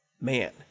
man